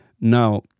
now